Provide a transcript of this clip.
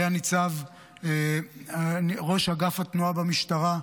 היה ראש אגף התנועה במשטרה.